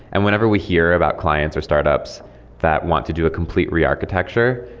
and whenever we hear about clients or startups that want to do a complete re architecture,